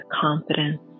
confidence